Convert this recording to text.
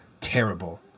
terrible